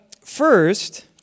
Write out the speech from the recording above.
First